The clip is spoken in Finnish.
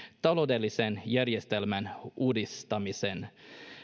taloudellisen järjestelmän uudistaminen